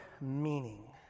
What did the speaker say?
meaning